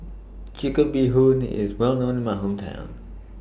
Chicken Bee Hoon IS Well known in My Hometown